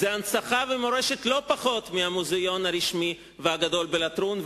הם הנצחה ומורשת לא פחות מהמוזיאון הרשמי והגדול בלטרון,